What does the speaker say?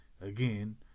Again